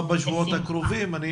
בשבועות הקרובים.